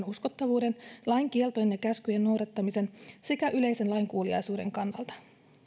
uskottavuuden lain kieltojen ja käskyjen noudattamisen tai yleisen lainkuuliaisuuden kannalta